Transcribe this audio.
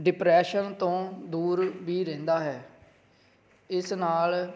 depression ਤੋਂ ਦੂਰ ਵੀ ਰਹਿੰਦਾ ਹੈ ਇਸ ਨਾਲ